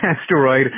asteroid